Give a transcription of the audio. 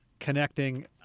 Connecting